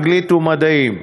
אנגלית ומדעים.